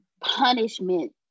punishment